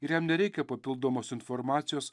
ir jam nereikia papildomos informacijos